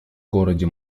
городе